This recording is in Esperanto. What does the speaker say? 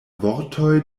vortoj